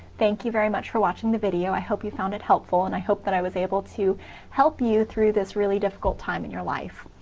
thank you very much for watching the video i hope you found it helpful, and i hope that i was able to help you through this really difficult time in your life.